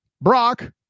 Brock